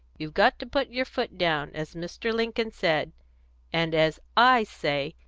you've got to put your foot down, as mr. lincoln said and as i say,